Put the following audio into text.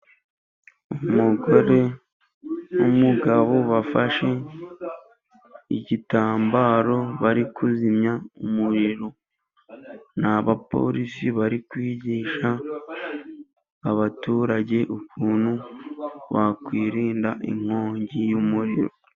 Umugore numugabo bafashe, igitambaro bari kuzimya umuriro, n'abapolisi bari kwigisha abaturage, ukuntu bakwirinda inkongi y'umuriro.